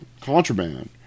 contraband